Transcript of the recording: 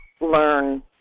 learn